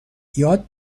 یاد